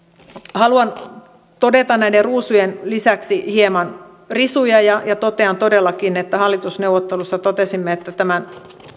haluan todeta näiden ruusujen lisäksi hieman risuja totean todellakin että hallitusneuvotteluissa totesimme että tämän